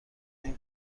این